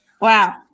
Wow